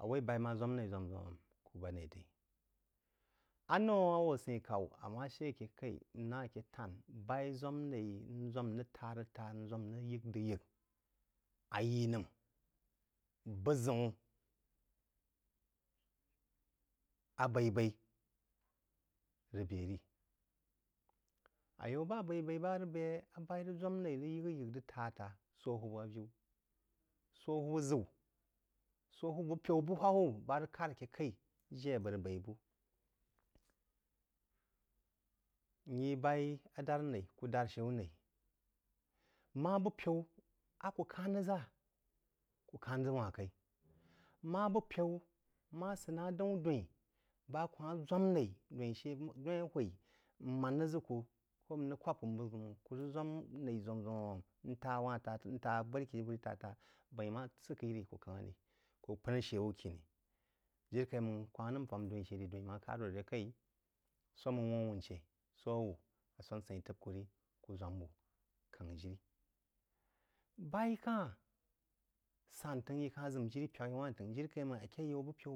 awoi bai mah zwam nai zwan-zwan kub bahd nai təi a nou a wuh asein khaw a she keh kai nnah keh ten rig gbah yi ba zwam nai nzwan rig hah-rig tah nzwam rig yəg rig yəg a yii nəm buh zəun abɛi-bii rig bəa ri a yau bah abai-vai bah rig bie bai mah zwam nai rig yəg-yəg rig tah, tah swoh hubba aviu swoh hubba zəu swoh hubbi bupəu bah hubba bah rig keh kai jiri abəg rig baí buh nyi baí adarnaí kah dar she wuh naí mah bupəu a kuh rig zah kuh kehn zəg wah kai mah bupəu mah sid nah deu a daī bah a kuh mah zwam nai dai she doī a wboi mmahn rig zəg kuh koh mrig kwab kub mrig zwan nai zwam-zwam ntah uah tah-tah wah bərí keh vərí tah-tah doi wah səg kəi rí nkang rí kuh pəin she wuh kini jiri kaimang kuh mah nəm fahn doí she vi doi nəm neh khad wuh ve kəi swasmeag wah awushaí swoh a wuh a swon səin təb kuh rí ku zwam wheh king jiri bai kah gen tag yi kal zəm jiri pyaghi wab təg jiri lai mang a keh yan bupen bah yi rig pyag a pyag.